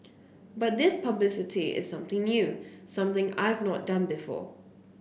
but this publicity is something new something I've not done before